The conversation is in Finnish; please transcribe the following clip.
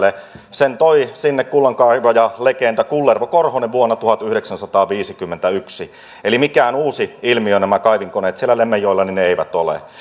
ensimmäisen kaivinkoneen lemmenjoelle toi kullankaivajalegenda kullervo korhonen vuonna tuhatyhdeksänsataaviisikymmentäyksi eli mikään uusi ilmiö kaivinkoneet lemmenjoella eivät ole